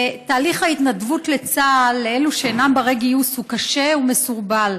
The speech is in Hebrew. תהליך ההתנדבות לצה"ל לאלו שאינם בני-גיוס הוא קשה ומסורבל,